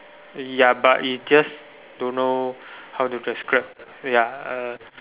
ya but it just don't know how to describe ya uh